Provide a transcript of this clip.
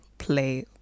Play